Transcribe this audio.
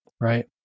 right